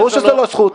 זו לא זכות.